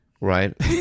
Right